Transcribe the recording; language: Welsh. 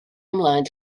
ymlaen